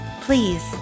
please